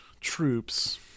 troops